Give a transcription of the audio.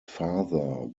father